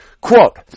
quote